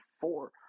four